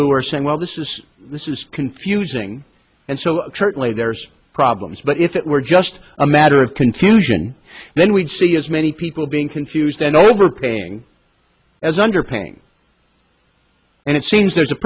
who are saying well this is this is confusing and so certainly there's problems but if it were just a matter of confusion then we'd see as many people being confused and overpaying as underpaying and it seems there's a